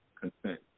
consent